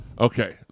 Okay